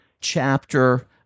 chapter